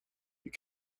you